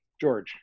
George